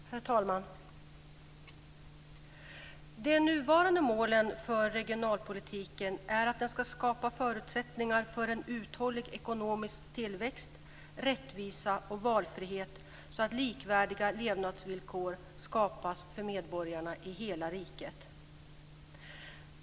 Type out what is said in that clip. Herr talman! De nuvarande målen för regionalpolitiken är att den ska skapa förutsättningar för en uthållig ekonomisk tillväxt och för rättvisa och valfrihet så att likvärdiga levnadsvillkor skapas för medborgarna i hela riket.